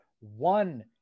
one